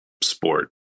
sport